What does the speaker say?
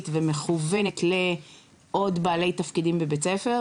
ומכוונת לעוד בעלי תפקידים בבית הספר,